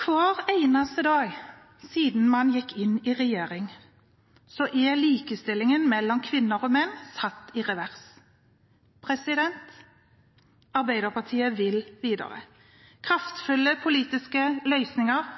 Hver eneste dag siden de gikk inn i regjering, er likestillingen mellom kvinner og menn satt i revers. Arbeiderpartiet vil videre, med kraftfulle politiske løsninger